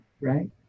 right